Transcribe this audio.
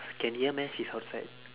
can hear meh she's outside